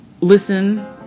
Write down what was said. listen